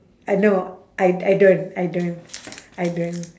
uh no I I don't I don't I don't